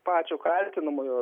pačio kaltinamojo ar